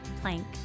Plank